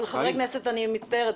אני מצטערת,